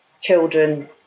children